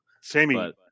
Sammy